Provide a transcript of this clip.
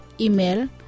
Email